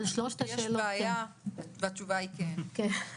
יש בעיה והתשובה היא כן.